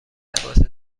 لباس